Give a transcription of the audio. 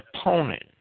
opponent